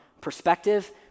perspective